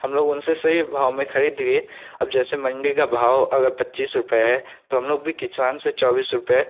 हम लोग उनसे सही भाव में खरीद लिए अब जैसे मंडी का भाव अगर पच्चिस रुपये है तो हम लोग भी किसान से चौबिस रुपये